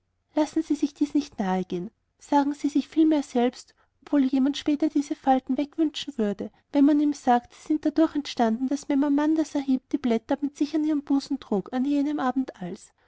lassen sie sich dies nicht nahegehen sagen sie sich vielmehr selbst ob wohl jemand später diese falten wegwünschen würde wenn man ihm sagt sie sind dadurch entstanden daß mem amanda sahib die blätter mit sich am busen trug an jenem abend als